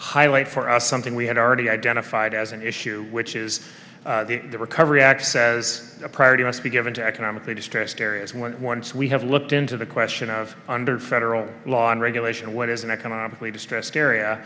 highlight for us something we had already identified as an issue which is the recovery act as a priority must be given to economically distressed areas and once we have looked into the question of under federal law and regulation and what is an economically distressed area